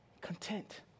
Content